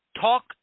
talk